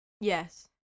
Yes